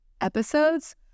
episodes